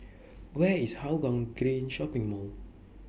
Where IS Hougang Green Shopping Mall